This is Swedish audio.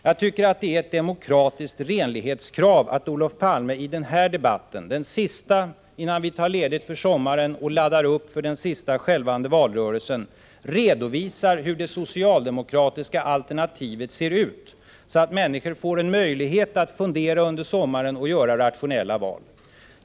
Jag tycker att det är ett demokratiskt renlighetskrav att Olof Palme i den här debatten — den sista innan vi tar ledigt för sommaren och laddar upp inför valrörelsens sista skälvande veckor — redovisar hur det socialdemokratiska alternativet ser ut, så att människor över sommaren får en möjlighet att fundera och göra rationella val.